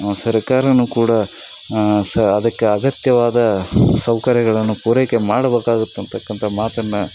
ಸರ್ಕಾರನೂ ಕೂಡ ಸ ಅದಕ್ಕೆ ಅಗತ್ಯವಾದ ಸೌಕರ್ಯಗಳನ್ನು ಕೋರಿಕೆ ಮಾಡಬೇಕಾಗುತ್ತಂತಕ್ಕಂಥ ಮಾತನ್ನು